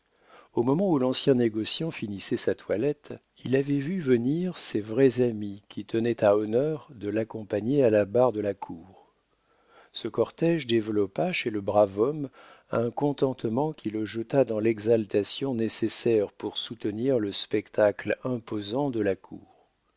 au moment où l'ancien négociant finissait sa toilette il avait vu venir ses vrais amis qui tenaient à honneur de l'accompagner à la barre de la cour ce cortége développa chez le brave homme un contentement qui le jeta dans l'exaltation nécessaire pour soutenir le spectacle imposant de la cour